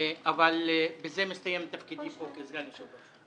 בזה מסתיים תפקידי פה כסגן יושב-ראש.